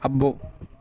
అబ్బో